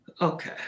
Okay